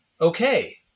okay